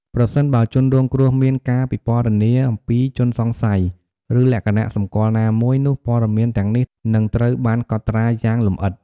ប្រសិនបើជនរងគ្រោះមានការពិពណ៌នាអំពីជនសង្ស័យ ឬលក្ខណៈសម្គាល់ណាមួយ នោះព័ត៌មានទាំងនេះនឹងត្រូវបានកត់ត្រាយ៉ាងលម្អិត។